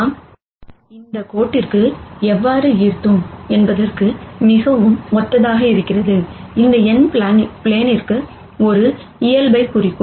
நாம் இந்த கோட்டிற்கு எவ்வாறு ஈர்த்தோம் என்பதற்கு மிகவும் ஒத்ததாக இருக்கிறது இந்த n பிளேனிற்கு ஒரு இயல்பைக் குறிக்கும்